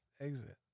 exit